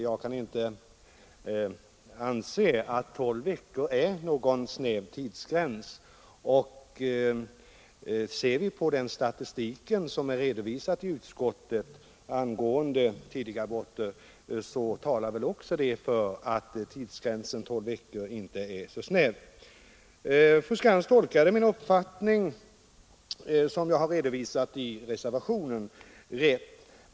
Jag anser inte att tolv veckor är någon snäv tidsgräns, och den statistik angående tidigaborter som redovisas i utskottets betänkande talar väl också för att tidsgränsen tolv veckor inte är för snäv. Fru Skantz tolkade min uppfattning, som jag har redovisat i reservationen, rätt.